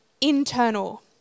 internal